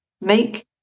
make